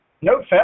no